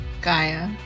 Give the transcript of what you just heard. Gaia